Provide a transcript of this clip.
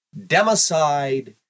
democide